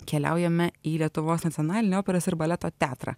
keliaujame į lietuvos nacionalinį operos ir baleto teatrą